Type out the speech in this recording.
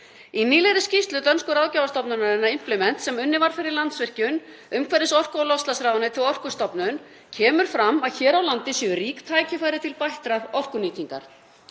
Í nýlegri skýrslu dönsku ráðgjafastofunnar Implement, sem unnin var fyrir Landsvirkjun, umhverfis-, orku- og loftslagsráðuneyti og Orkustofnun, kemur fram að hér á landi séu rík tækifæri til bættrar orkunýtingar.